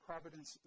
providence